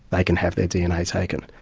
they can have their dna taken.